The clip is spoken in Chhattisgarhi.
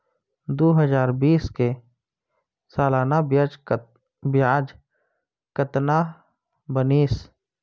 दू हजार बीस के सालाना ब्याज कतना बनिस?